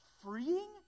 freeing